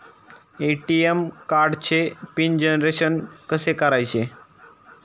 ATM कार्डचे PIN generation कसे करायचे?